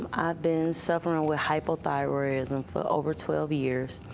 i've been suffering with hypothyroidism for over twelve years.